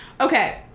okay